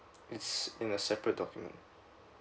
is in a separate document